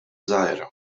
żgħira